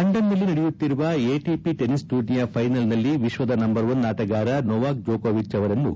ಲಂಡನ್ನಲ್ಲಿ ನಡೆಯುತ್ತಿರುವ ATP tennis ಟೂರ್ನಿಯ ಫೈನಲ್ನಲ್ಲಿ ವಿಶ್ವದ ನಂಬರ್ ಒನ್ ಆಟಗಾರ ನೊವಾಕ್ ಜೋಕೋವಿಚ್ ಅವರನ್ನು